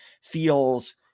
feels